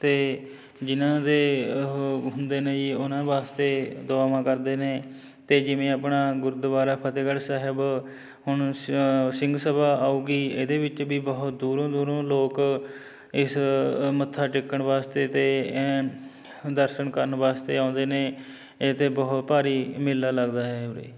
ਅਤੇ ਜਿਨ੍ਹਾਂ ਦੇ ਉਹ ਹੁੰਦੇ ਨੇ ਜੀ ਉਹਨਾਂ ਵਾਸਤੇ ਦੁਆਵਾਂ ਕਰਦੇ ਨੇ ਅਤੇ ਜਿਵੇਂ ਆਪਣਾ ਗੁਰਦੁਆਰਾ ਫਤਿਹਗੜ੍ਹ ਸਾਹਿਬ ਹੁਣ ਸ ਸਿੰਘ ਸਭਾ ਆਊਗੀ ਇਹਦੇ ਵਿੱਚ ਵੀ ਬਹੁਤ ਦੂਰੋਂ ਦੂਰੋਂ ਲੋਕ ਇਸ ਮੱਥਾ ਟੇਕਣ ਵਾਸਤੇ ਅਤੇ ਦਰਸ਼ਨ ਕਰਨ ਵਾਸਤੇ ਆਉਂਦੇ ਨੇ ਇੱਥੇ ਬਹੁਤ ਭਾਰੀ ਮੇਲਾ ਲੱਗਦਾ ਹੈ ਉਰੇ